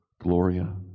Gloria